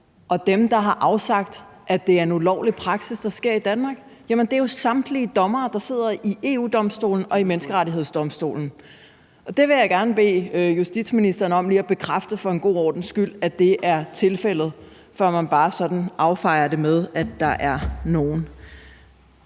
og dem, der har afsagt, at det er en ulovlig praksis, der sker i Danmark, er jo samtlige dommere, der sidder i EU-Domstolen og i Menneskerettighedsdomstolen. Det vil jeg gerne bede justitsministeren om lige at bekræfte for en god ordens skyld, altså at det er tilfældet, før man bare sådan affejer det med, at der er »nogle«,